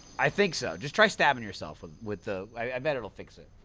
i think so, just try stabbing yourself with the i i bet it'll fix it